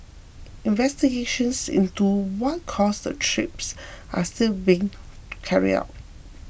investigations into what caused the trips are still being carry out